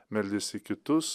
meldės į kitus